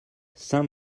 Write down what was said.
saint